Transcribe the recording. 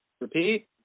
Repeat